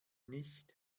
nicht